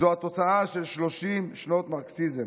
זאת התוצאה של 30 שנות מרקסיזם.